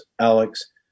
Alex